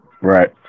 right